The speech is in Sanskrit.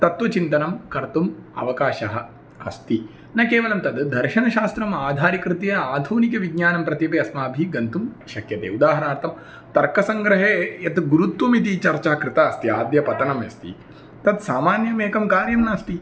तत्वचिन्तनं कर्तुम् अवकाशः अस्ति न केवलं तद् दर्शनशास्त्रमाधारीकृत्य आधुनिकविज्ञानं प्रति अपि अस्माभिः गन्तुं शक्यते उदाहरणार्थं तर्कसङ्ग्रहे यत् गुुरुत्वमिति चर्चा कृता अस्त्याद्यपतनम्यस्ति तद् सामान्यमेकं कार्यं नास्ति